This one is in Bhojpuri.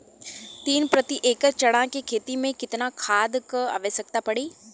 तीन प्रति एकड़ चना के खेत मे कितना खाद क आवश्यकता पड़ी?